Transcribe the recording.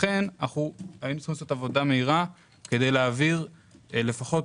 לכן היינו צריכים לעשות עבודה מהירה כדי להעביר לפחות